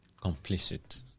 Complicit